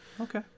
okay